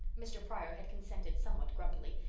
mr. pryor had consented somewhat grumpily,